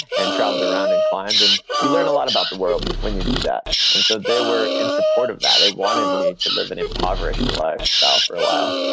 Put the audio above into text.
and traveled around and climbed. and you learn a lot about the world when you do that. and so they were in support of that. they wanted me to live in impoverished lifestyle for a while.